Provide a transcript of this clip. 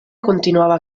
continuava